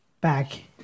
back